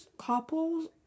couples